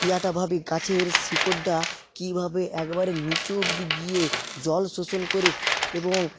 ইয়াটা ভাবি গাছের শিকড়ডা কীভাবে একবারে নিচু অব্দি গিয়ে জল শোষণ করে এবং